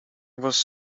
was